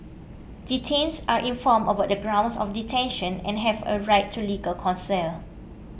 detainees are informed about the grounds of detention and have a right to legal counsel